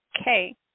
Okay